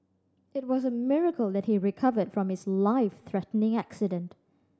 it was a miracle that he recovered from his life threatening accident